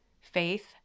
faith